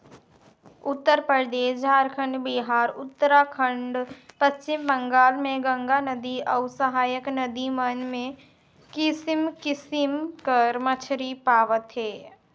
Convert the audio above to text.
उत्तरपरदेस, झारखंड, बिहार, उत्तराखंड, पच्छिम बंगाल में गंगा नदिया अउ सहाएक नदी मन में किसिम किसिम कर मछरी पवाथे